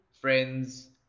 friends